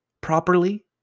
properly